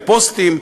בפוסטים,